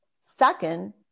Second